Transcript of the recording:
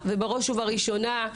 ובראש ובראשונה,